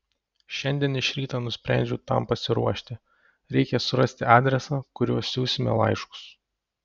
šiandien iš ryto nusprendžiau tam pasiruošti reikia surasti adresą kuriuo siųsime laiškus